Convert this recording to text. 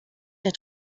der